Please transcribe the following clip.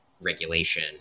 regulation